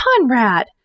Conrad